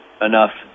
enough